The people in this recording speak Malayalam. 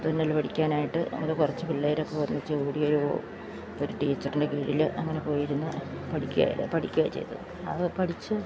തുന്നൽ പഠിക്കാനായിട്ട് ഞങ്ങൾ കുറച്ച് പിള്ളേരൊക്കെ ഒരുമിച്ച് കൂടിയൊരു ഒരു ടീച്ചറിൻ്റെ കീഴിൽ അങ്ങനെ പോയിരുന്നു പഠിക്കുക പഠിക്കുകയാണ് ചെയ്തത് അതു പഠിച്ച്